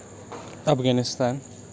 Afghanistan